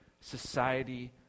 society